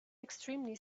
extremely